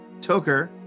Toker